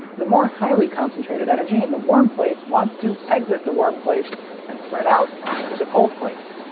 the more highly concentrated energy in the warm place wants to exit the warm place and spread out into the cold place.